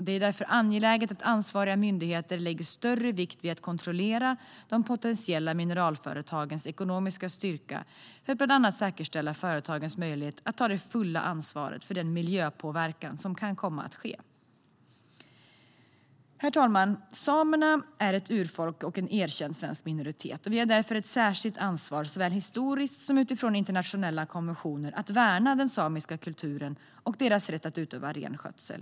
Det är därför angeläget att ansvariga myndigheter lägger större vikt vid att kontrollera de potentiella mineralföretagens ekonomiska styrka för att bland annat säkerställa företagens möjligheter att ta det fulla ansvaret för den miljöpåverkan som kan komma att ske. Herr talman! Samerna är ett urfolk och en erkänd svensk minoritet, och Sverige har därför ett särskilt ansvar såväl historiskt som utifrån internationella konventioner att värna den samiska kulturen och samernas rätt att utöva renskötsel.